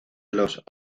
los